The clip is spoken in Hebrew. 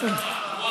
איפה הוא?